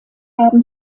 haben